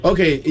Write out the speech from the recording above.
Okay